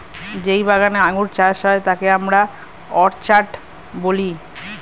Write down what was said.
যেই বাগানে আঙ্গুর চাষ হয় তাকে আমরা অর্চার্ড বলি